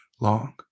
long